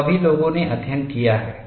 वह भी लोगों ने अध्ययन किया है